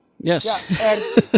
Yes